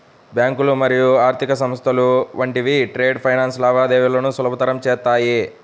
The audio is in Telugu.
బ్యాంకులు మరియు ఆర్థిక సంస్థలు వంటివి ట్రేడ్ ఫైనాన్స్ లావాదేవీలను సులభతరం చేత్తాయి